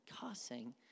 cussing